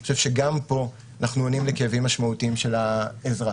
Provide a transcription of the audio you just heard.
אני חושב שגם פה אנחנו עונים לכאבים משמעותיים של האזרח.